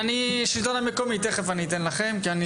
השלטון המקומי תכף אני אתן לכם כי אני